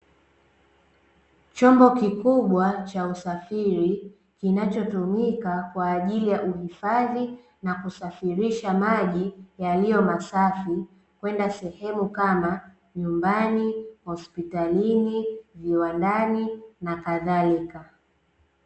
Chombo kikubwa cha usafiri kinachotumika kwa ajili ya uhifadhi na kusafirisha maji yaliyo masafi kwenda sehemu kama nyumbani, hospitalini, viwandani, na kadhalika.